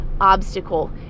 obstacle